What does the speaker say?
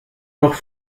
noch